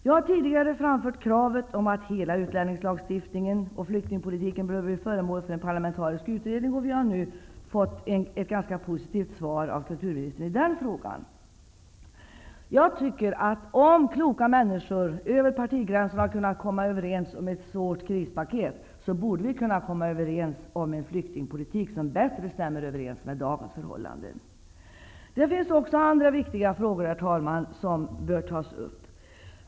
Jag har tidigare framfört kravet att hela utlänningslagstiftningen och flyktingpolitiken bör bli föremål för en parlamentarisk utredning, och jag har nu fått ett ganska positivt svar av kulturministern i den frågan. Jag tycker att om kloka människor har kunnat över partigränserna komma överens om ett svårt krispaket, borde vi kunna bli ense om en flyktingpolitik som bättre stämmer överens med dagens förhållanden. Det finns också andra viktiga frågor som bör tas upp.